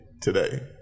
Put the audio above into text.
today